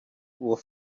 were